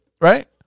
right